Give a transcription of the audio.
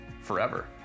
forever